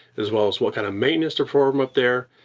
as well as what kind of maintenance to perform up there,